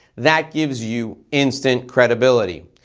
that gives you instant credibility.